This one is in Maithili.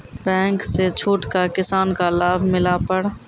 बैंक से छूट का किसान का लाभ मिला पर?